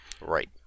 Right